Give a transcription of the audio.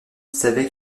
savait